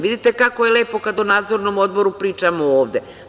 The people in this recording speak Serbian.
Vidite kako je lepo kada o Nadzornom odboru pričamo ovde.